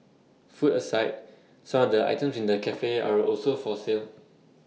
food aside some of the items in the Cafe are also for sale